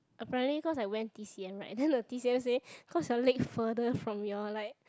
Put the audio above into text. apparently cause I went t_c_m right then the t_c_m say cause your leg further from your like